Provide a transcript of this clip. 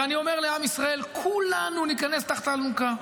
ואני אומר לעם ישראל: כולנו ניכנס תחת האלונקה,